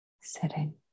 sitting